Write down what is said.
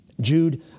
Jude